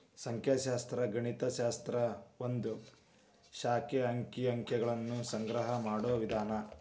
ಸಂಖ್ಯಾಶಾಸ್ತ್ರ ಗಣಿತ ಶಾಸ್ತ್ರದ ಒಂದ್ ಶಾಖೆ ಅಂಕಿ ಅಂಶಗಳನ್ನ ಸಂಗ್ರಹ ಮಾಡೋ ವಿಧಾನ